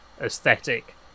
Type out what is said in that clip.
aesthetic